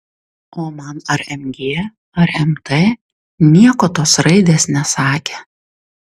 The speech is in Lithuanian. o man ar mg ar mt nieko tos raidės nesakė